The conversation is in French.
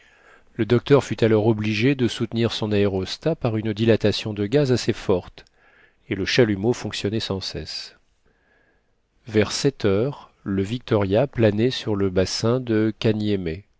le docteur fut alors obligé de soutenir son aérostat par une dilatation de gaz assez forte et le chalumeau fonctionnait sans cesse vers sept heures le victoria planait sur le bassin de